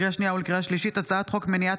לקריאה שנייה וקריאה שלישית: הצעת חוק מניעת